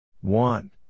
One